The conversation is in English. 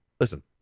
listen